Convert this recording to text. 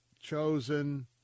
chosen